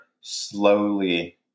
slowly